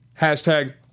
Hashtag